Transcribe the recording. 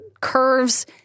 curves